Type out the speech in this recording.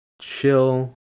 chill